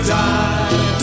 die